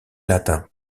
latin